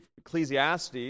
Ecclesiastes